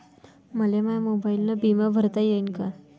मले माया मोबाईलनं बिमा भरता येईन का?